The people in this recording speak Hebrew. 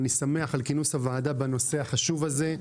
אני שמח על כינוס הוועדה בנושא החשוב הזה.